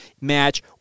match